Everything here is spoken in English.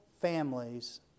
families